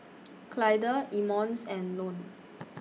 Clyda Emmons and Ione